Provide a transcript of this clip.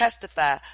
testify